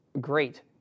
great